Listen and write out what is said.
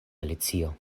alicio